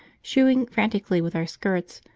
shooing frantically with our skirts,